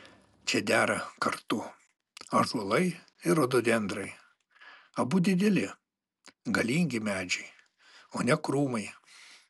čia dera kartu ąžuolai ir rododendrai abu dideli galingi medžiai o ne krūmai